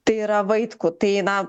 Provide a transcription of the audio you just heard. tai yra vaitkų tai na